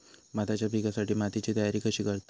भाताच्या पिकासाठी मातीची तयारी कशी करतत?